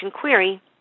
query